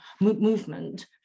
movement